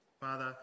Father